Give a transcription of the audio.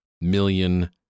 million